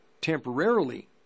temporarily